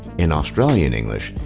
in australian english,